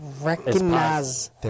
Recognize